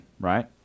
right